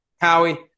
Howie